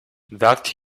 that